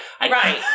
right